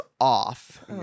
off